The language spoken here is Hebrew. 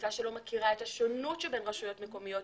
תפיסה שלא מכירה את השונות שבין רשויות מקומיות,